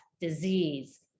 disease